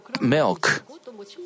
milk